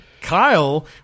Kyle